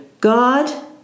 God